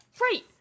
Right